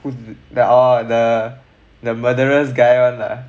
who the orh the the murderers guy [one] ah